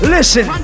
Listen